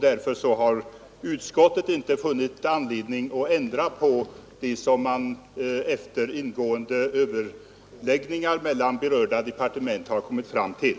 Därför har utskottet inte funnit anledning att ändra på det som man efter ingående överläggningar mellan berörda departement har kommit fram till.